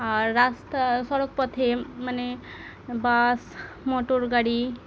আর রাস্তা সড়কপথে মানে বাস মোটর গাড়ি